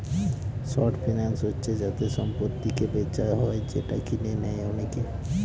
short finance হচ্ছে যাতে সম্পত্তিকে বেচা হয় যেটা কিনে নেয় অনেকে